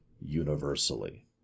universally